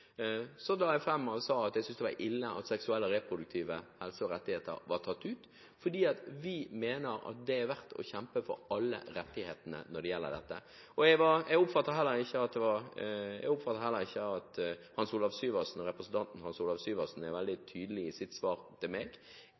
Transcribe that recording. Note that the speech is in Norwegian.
jeg at jeg syntes det var ille at seksuell og reproduktiv helse – og rettigheter – var tatt ut, fordi vi mener at det er verdt å kjempe for alle rettighetene når det gjelder dette. Jeg oppfattet heller ikke at representanten Hans Olav Syversen var veldig tydelig i sitt svar til meg. Jeg forstår det dit hen at